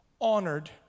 honored